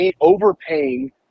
overpaying